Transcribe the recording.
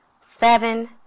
seven